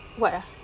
what ah